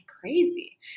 crazy